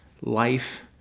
life